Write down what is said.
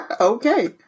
Okay